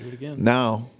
now